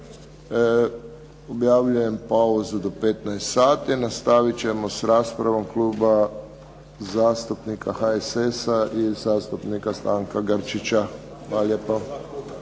Objavljujem pauzu do 15,00 sati. Nastavit ćemo sa raspravom Kluba zastupnika HSS-a i zastupnika Stanka Grčića. Hvala lijepo.